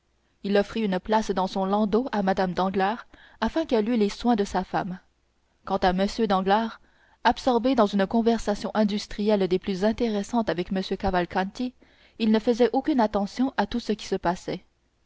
il offrit une place dans son landau à mme danglars afin qu'elle eût les soins de sa femme quant à m danglars absorbé dans une conversation industrielle des plus intéressantes avec m cavalcanti il ne faisait aucune attention à tout ce qui se passait